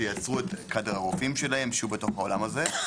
שיצרו את קאדר הרופאים שלהם שיהיו בתוך העולם הזה.